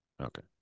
Okay